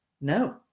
No